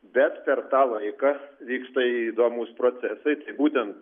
bet per tą laiką vyksta įdomūs procesai tai būtent